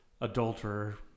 adulterer